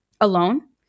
alone